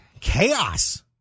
chaos